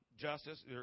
Justice